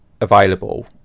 available